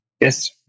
yes